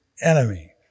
enemy